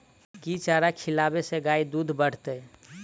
केँ चारा खिलाबै सँ गाय दुध बढ़तै?